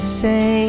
say